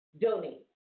donate